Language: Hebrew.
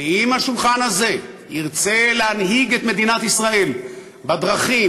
ואם השולחן הזה ירצה להנהיג את מדינת ישראל בדרכים,